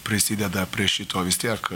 prisideda prie šito vis tiek